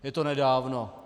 Je to nedávno.